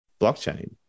blockchain